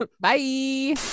Bye